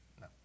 No